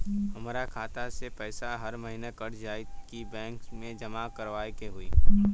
हमार खाता से पैसा हर महीना कट जायी की बैंक मे जमा करवाए के होई?